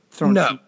No